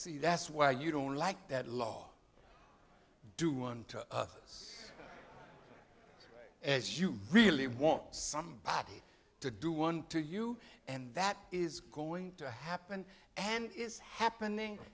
see that's why you don't like that law do unto us as you really want somebody to do one to you and that is going to happen and is happening